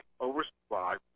oversupply